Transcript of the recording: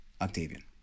Octavian